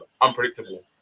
unpredictable